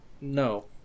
No